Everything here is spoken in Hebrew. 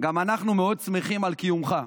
גם אנחנו מאוד שמחים על קיומך.